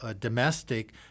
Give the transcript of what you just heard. domestic